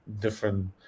different